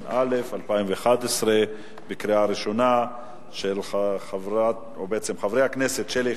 התשע"א 2011, של חברי הכנסת שלי יחימוביץ,